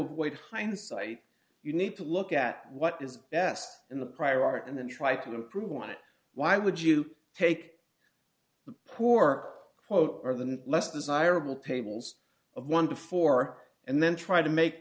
avoid hindsight you need to look at what is best in the prior art and then try to improve on it why would you take poor work quote or the less desirable tables of one before and then try to make